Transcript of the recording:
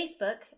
Facebook